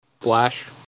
Flash